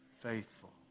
faithful